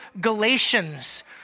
Galatians